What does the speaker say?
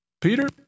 Peter